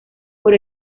por